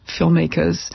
filmmakers